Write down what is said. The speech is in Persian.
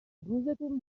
روزتون